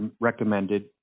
recommended